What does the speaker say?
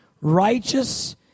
Righteous